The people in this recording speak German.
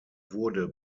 wurde